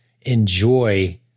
enjoy